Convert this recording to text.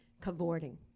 cavorting